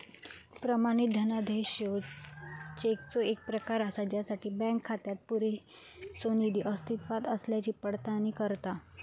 प्रमाणित धनादेश ह्यो चेकचो येक प्रकार असा ज्यासाठी बँक खात्यात पुरेसो निधी अस्तित्वात असल्याची पडताळणी करता